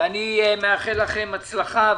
ומאחל לכם הצלחה.